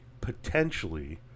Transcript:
potentially